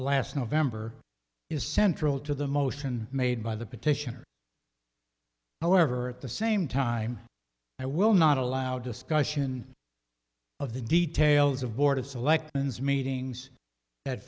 last november is central to the motion made by the petitioner however at the same time i will not allow discussion of the details of board of selectmen as meetings that